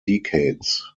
decades